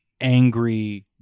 angry